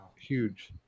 huge